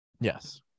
Yes